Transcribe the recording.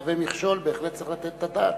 מהווה מכשול, בהחלט צריך לתת את הדעת.